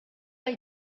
they